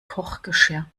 kochgeschirr